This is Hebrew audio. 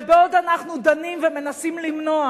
ובעוד אנחנו דנים ומנסים למנוע